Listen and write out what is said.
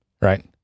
right